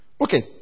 Okay